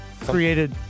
created